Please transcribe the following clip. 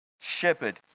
shepherd